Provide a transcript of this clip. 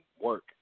work